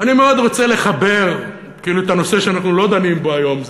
אני מאוד רוצה לחבר את הנושא שאנחנו לא דנים בו היום,